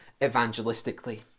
evangelistically